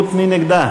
מי נגד?